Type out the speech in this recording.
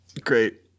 Great